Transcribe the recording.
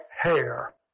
hair